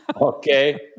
Okay